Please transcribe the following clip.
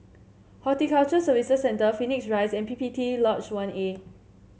Horticulture Services Centre Phoenix Rise and P P T Lodge One A